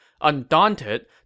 Undaunted